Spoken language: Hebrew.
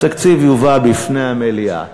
התקציב יובא בפני המליאה,